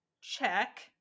check